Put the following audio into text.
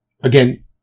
again